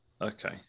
Okay